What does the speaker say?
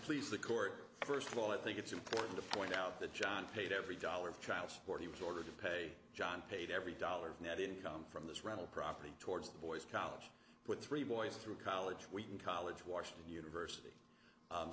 please the court first of all i think it's important to point out that john paid every dollar of child support he was ordered to pay john paid every dollar of net income from this rental property towards the boy's college put three boys through college we can college washington university